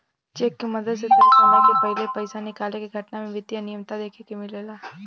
check के मदद से तय समय के पाहिले पइसा निकाले के घटना में वित्तीय अनिमियता देखे के मिलेला